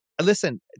Listen